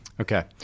Okay